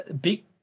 big